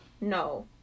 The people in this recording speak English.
no